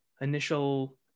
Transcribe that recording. initial